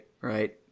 right